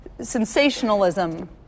sensationalism